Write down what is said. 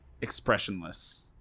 expressionless